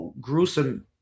gruesome